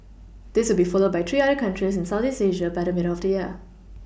this be followed by three other countries in southeast Asia by the middle of the year